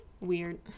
Weird